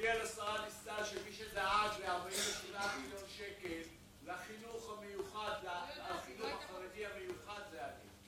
תודיע לשרה דיסטל שמי שדאג ל-48 מיליון שקל לחינוך החרדי המיוחד זה אני.